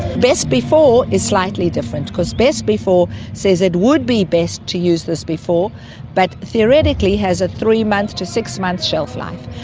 best before is slightly different because best before says it would be best to use this before but theoretically has a three-month to six-month shelf life.